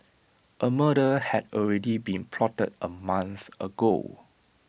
A murder had already been plotted A month ago